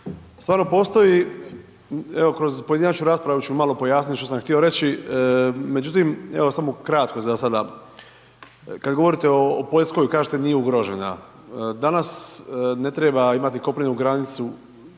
Stvarno postoji, evo kroz pojedinačnu raspravu ću malo pojasnit što sam htio reći. Međutim, evo samo kratko za sada, kad govorite o Poljskoj, kažete nije ugrožena, danas ne treba imati kopnenu granicu